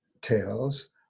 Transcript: tales